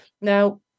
Now